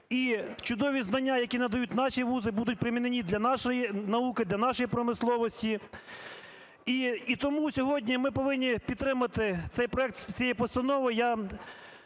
І чудові знання, які надають наші вузи, будуть применені для нашої науки, для нашої промисловості. І тому сьогодні ми повинні підтримати цей проект цієї постанови.